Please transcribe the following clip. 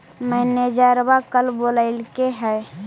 मैनेजरवा कल बोलैलके है?